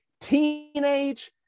Teenage